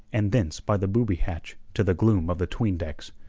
and thence by the booby hatch to the gloom of the tween-decks,